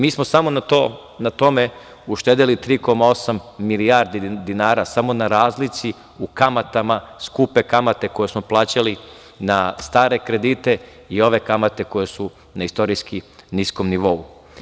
Mi smo samo na tome uštedeli 3,8 milijardi dinara, samo na razlici u kamatama, skupe kamate koje smo plaćali na stare kredite i ove kamate koje su na istorijski niskom nivou.